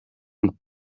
een